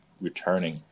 returning